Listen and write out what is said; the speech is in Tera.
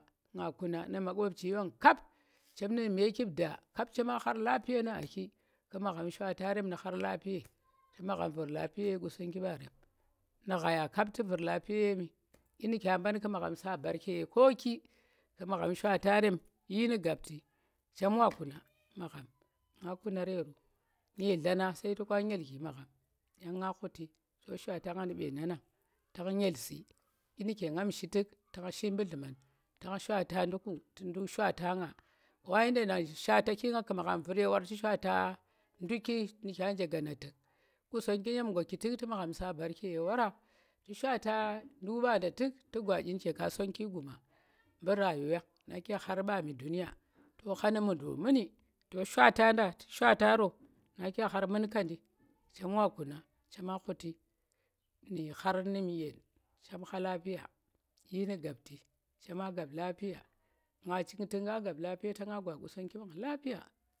Nga kuna nu̱ kop chi mba nga chema khar lafiye nu̱ aa ki tu̱ magha shwata rem nu̱ khar lapiye, tu̱ magham vu̱r lapiye ye Qusonggi ɓarem nu̱ ghaya kap tu̱ vu̱r lapiye tu nu ɗyi nu̱ kya ɓan ƙu magham sa mbarke ye kooki, ƙu magham shwata rem yii nu̱ gaɓti, chem wa kuna magham nga ku̱nar yer nyitlanang sai toka yilki magham, nga ghuti to shwata nga nu̱ mɓenanang tang nyil si ɗyi nu̱ke ngam shi tu̱k tang shi mɓu̱ lhu̱man tang shwata nɗu̱uku̱ tu nɗu̱k shwata nga wa yanda nga shwata ki nga tu̱ magham vu̱r ye wara tu̱ shwata nɗu̱ki nu̱ kya nje gaana tu̱k, Qusonggi nyem gwaki tu̱k tu̱ magham sa barke ye wara, tu̱ shwata nɗu̱k mɓada tu̱k tu̱ gwa ɗyi nu̱ke ka sonki guma mɓu̱ rayuwen na ke khar mɓami dunya to kha nu̱ mudlo muni to shwata nda tu̱ shwata ro nake khar mu̱nkanndi chem wa kuna, chema ghu̱ti nu̱ khar nu̱ yen chem kha yii nu̱ gabti a chema gab lapiya nga ching u̱k ta nga gab lapiya ta nga gwa Qusonggi wang lapiya.